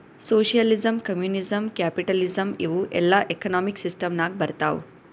socialism, communism, capitalism ಇವೂ ಎಲ್ಲಾ economic system ನಾಗ್ ಬರ್ತಾವ್